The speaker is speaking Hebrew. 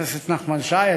חבר הכנסת נחמן שי,